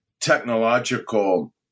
technological